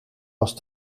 was